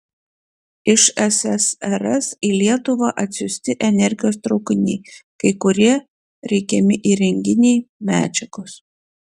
iš ssrs į lietuvą atsiųsti energijos traukiniai kai kurie reikiami įrenginiai medžiagos